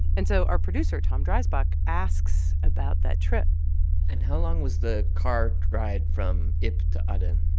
and so our producer, tom dreisbach, asks about that trip and how long was the car ride from ibb to ah aden?